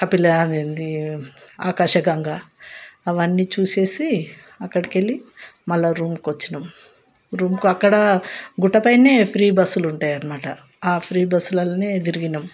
కపిల అది ఏది ఆకాశగంగ అవన్నీ చూసి అక్కడికి వెళ్ళి మళ్ళా రూమ్కి వచ్చినాం రూమ్కు అక్కడ గుట్ట పైన ఫ్రీ బస్సులు ఉంటాయి అన్నమాట ఆ ఫ్రీ బస్సులలో తిరిగినాం